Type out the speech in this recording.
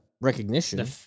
recognition